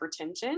hypertension